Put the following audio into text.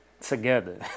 together